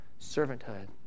Servanthood